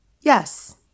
Yes